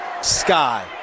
sky